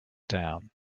down